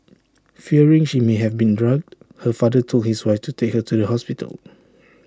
fearing she may have been drugged her father told his wife to take her to the hospital